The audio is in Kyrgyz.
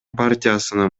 партиясынын